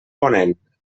ponent